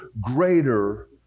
greater